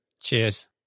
Cheers